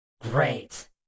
Great